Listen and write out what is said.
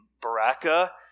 Baraka